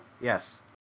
yes